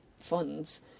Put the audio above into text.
funds